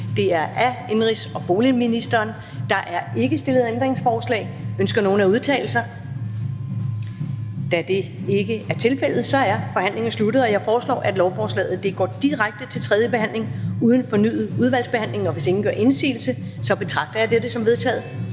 næstformand (Karen Ellemann): Der er ikke stillet ændringsforslag. Ønsker nogen at udtale sig? Da det ikke er tilfældet, er forhandlingen sluttet. Jeg foreslår, at lovforslaget går direkte til tredjebehandling uden fornyet udvalgsbehandling. Hvis ingen gør indsigelse, betragter jeg dette som vedtaget.